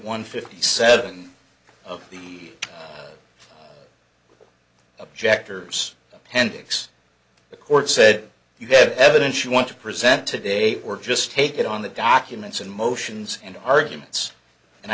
one fifty seven of the objectors appendix the court said you had evidence you want to present today or just take it on the documents and motions and arguments and